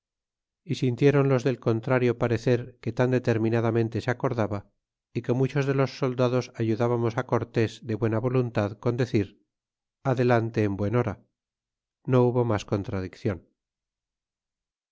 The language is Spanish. y sintieron los del contrario parecer que tan determinadamente se acordaba y que muchos de los soldados ayudábamos cortés de buena voluntad con decir adelante enbuenhora no hubo mas contradiccion